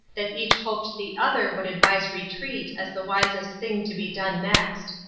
that each hoped the other would advise retreat as the wisest thing to be done next.